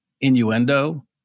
innuendo